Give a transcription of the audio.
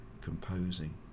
composing